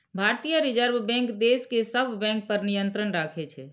भारतीय reserve bank देश के सब बैंक पर नियंत्रण राखै छै